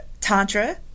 Tantra